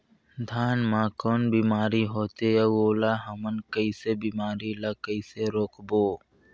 धान मा कौन बीमारी होथे अउ ओला हमन कइसे बीमारी ला कइसे रोकबो?